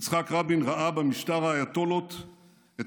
יצחק רבין ראה במשטר האייתוללות את